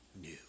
new